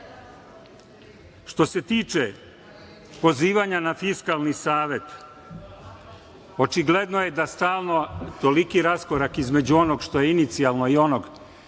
se tiče pozivanja na Fiskalni savet, očigledno je da stalno toliki raskorak između onog što je inicijalno i onog